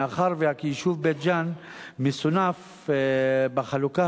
מאחר שהיישוב בית-ג'ן מסונף בחלוקה